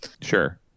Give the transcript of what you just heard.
Sure